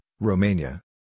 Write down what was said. Romania